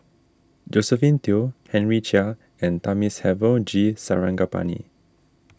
Josephine Teo Henry Chia and Thamizhavel G Sarangapani